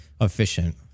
efficient